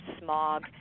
smog